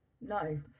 no